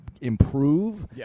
improve